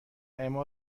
اما